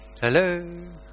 Hello